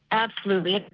absolutely,